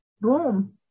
boom